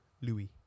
Louis